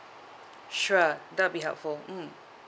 sure that will be helpful mm